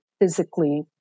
physically